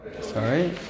Sorry